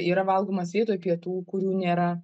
yra valgomas vietoj pietų kurių nėra